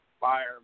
fire